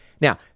now